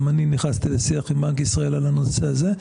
גם אני נכנסתי לשיח עם בנק ישראל על הנושא הזה,